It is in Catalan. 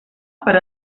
per